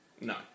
No